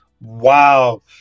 Wow